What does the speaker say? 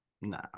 Nah